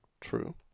True